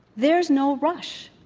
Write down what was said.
there's no rush.